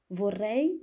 vorrei